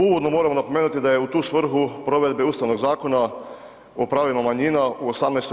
Uvodno moram napomenuti da je u tu svrhu provedbe Ustavnog zakona o pravima manjina u 2018.